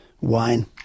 wine